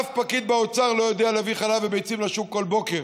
אף פקיד באוצר לא יודע להביא חלב וביצים לשוק כל בוקר.